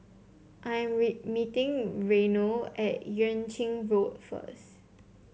I am meeting Reino at Yuan Ching Road first